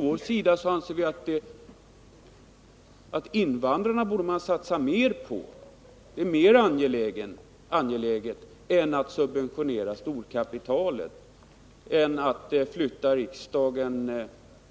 Vi anser att det är mer angeläget att satsa på invandrarna än att subventionera storkapitalet eller att flytta riksdagen